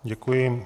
Děkuji.